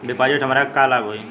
डिपाजिटसे हमरा के का लाभ होई?